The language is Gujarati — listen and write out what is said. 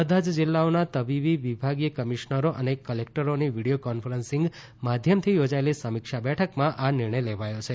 બધા જ જીલ્લાઓના તબીબી વિભાગીય કમીશ્નરો અને કલેકટરોની વિડીયો કોન્ફરન્સીંગ માધ્યમથી યોજાયેલી સમીક્ષા બેઠકમાં આ નિર્ણય લેવાયો છે